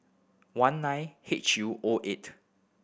one nine H U O eight